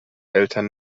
eltern